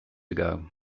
ago